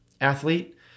athlete